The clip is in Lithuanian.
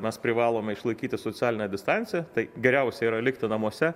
mes privalome išlaikyti socialinę distanciją tai geriausia yra likti namuose